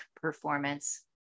performance